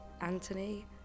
Anthony